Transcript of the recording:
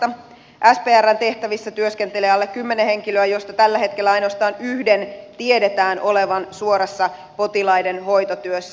sprn tehtävissä työskentelee alle kymmenen henkilöä joista tällä hetkellä ainoastaan yhden tiedetään olevaan suorassa potilaiden hoitotyössä